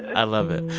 i love it.